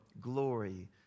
glory